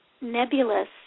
nebulous